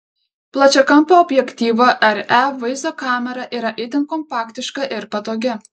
plačiakampio objektyvo re vaizdo kamera yra itin kompaktiška ir patogi